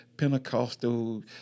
Pentecostal